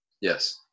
Yes